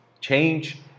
change